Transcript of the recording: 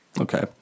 Okay